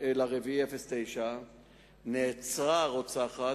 באפריל 2009 נעצרה הרוצחת,